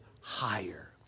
higher